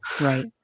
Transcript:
right